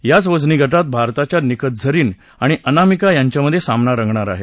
याच वजनी गटात भारताच्या निखत झरीन आणि अनामिका यांच्यामधे सामना रंगणार आहे